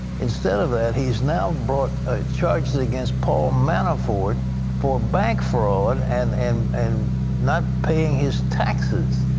instead of that, he has now brought charges against paul manafort for bank fraud, and and and not paying his taxes.